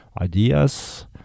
ideas